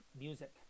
music